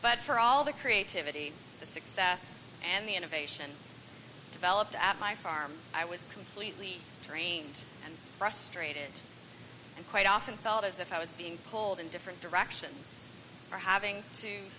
but for all the creativity the success and the innovation developed at my farm i was completely drained and frustrated and quite often felt as if i was being pulled in different directions or having to